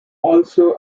also